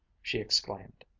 she exclaimed.